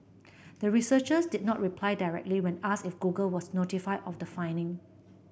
the researchers did not reply directly when asked if Google was notified of the finding